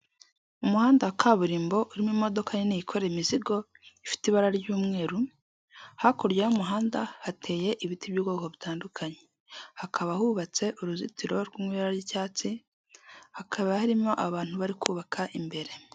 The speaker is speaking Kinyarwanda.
Umuhanda wa kaburimbo urimo imodoka nini yikorera imizigo ifite ibara ry'umweru, hakurya y'umuhanda hateye ibiti by'ubwoko butandukanye, hakaba hubatse uruzitiro rwo mu ibara ry'icyatsi, hakaba harimo abantu bari kubaka imbere.